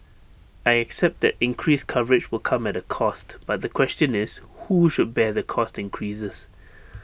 I accept that increased coverage will come at A cost but the question is who should bear the cost increases